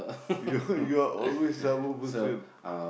you heard you are always sabo person